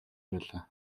байлаа